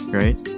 right